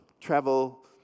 travel